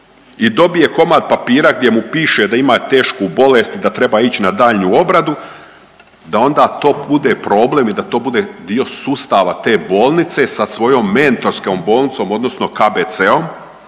i dobije komad papira gdje mu piše da ima tešku bolest, da treba ići na daljnju obradu, da onda to bude problem i da to bude dio sustava te bolnice, sa svojom mentorskom bolnicom, odnosno KBC-om,